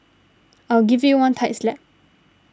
I'll give you one tight slap